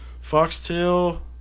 foxtail